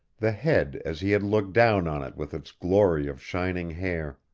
the head as he had looked down on it with its glory of shining hair